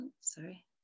Sorry